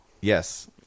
Yes